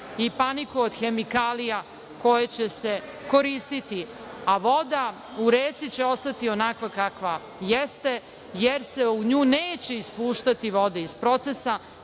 i paniku od hemikalija koje će se koristiti, a voda u reci će ostati onakva kakva jeste, jer se u nju neće ispuštati voda iz procesa